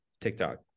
TikTok